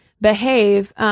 behave